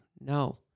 no